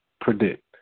predict